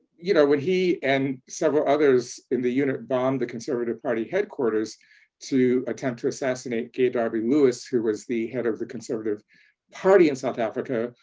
you know, when he and several others in the unit bombed the conservative party headquarters to attempt to assassinate gaye derby-lewis, who was the head of the conservative party in south africa,